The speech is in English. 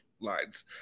lines